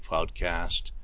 Podcast